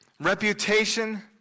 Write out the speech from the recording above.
Reputation